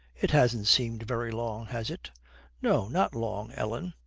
it hasn't seemed very long, has it no, not long, ellen.